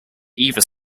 either